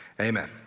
amen